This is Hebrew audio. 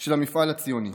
של המפעל הציוני.